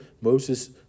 Moses